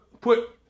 put